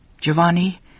Giovanni